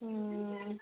ꯎꯝ